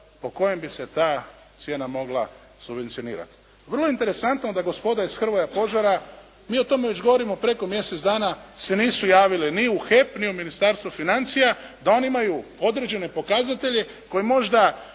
po kojem bi se ta cijena mogla subvencionirati. Vrlo interesantno da gospoda iz «Hrvoja Požara», mi o tome već govorimo preko mjesec dana se nisu javili ni u HEP ni u Ministarstvo financija da oni imaju određene pokazatelje koji možda